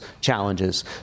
challenges